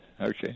Okay